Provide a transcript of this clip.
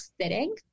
sitting